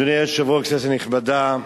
אדוני היושב-ראש, כנסת נכבדה,